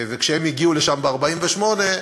וכשהם הגיעו לשם ב-1948,